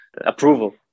approval